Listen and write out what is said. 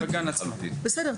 בסדר.